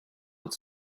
und